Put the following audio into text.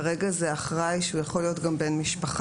כרגע זה אחראי שהוא יכול להיות גם בן משפחה.